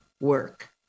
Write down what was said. work